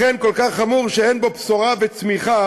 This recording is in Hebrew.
לכן כל כך חמור שאין בו בשורה וצמיחה,